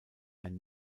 ein